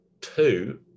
two